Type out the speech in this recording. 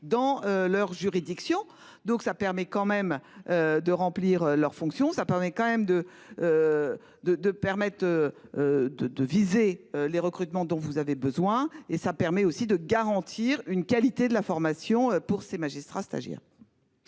dans leur juridiction, donc ça permet quand même. De remplir leur fonction. Ça permet quand même de. De de permettent. De de viser les recrutements dont vous avez besoin et ça permet aussi de garantir une qualité de la formation pour ces magistrats stagiaire.